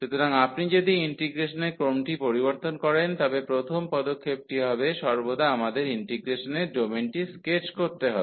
সুতরাং আপনি যদি ইন্টিগ্রেশনের ক্রমটি পরিবর্তন করেন তবে প্রথম পদক্ষেপটি হবে সর্বদা আমাদের ইন্টিগ্রেশনের ডোমেনটি স্কেচ করতে হবে